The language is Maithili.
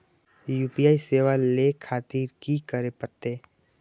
यू.पी.आई सेवा ले खातिर की करे परते?